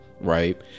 Right